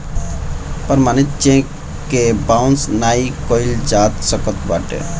प्रमाणित चेक के बाउंस नाइ कइल जा सकत बाटे